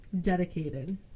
dedicated